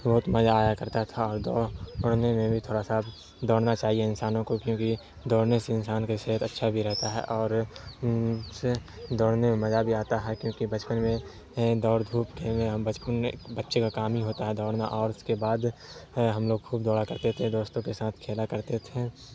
بہت مزہ آیا کرتا تھا اور دوڑ دوڑنے میں بھی تھوڑا سا دوڑنا چاہیے انسانوں کو کیونکہ دوڑنے سے انسان کے صحت اچھا بھی رہتا ہے اور سے دوڑنے میں مزہ بھی آتا ہے کیونکہ بچپن میں دوڑ دھوپ کھیل میں ہم بچپن میں بچے کا کام ہی ہوتا ہے دوڑنا اور اس کے بعد ہم لوگ خوب دوڑا کرتے تھے دوستوں کے ساتھ کھیلا کرتے تھے